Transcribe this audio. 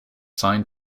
signed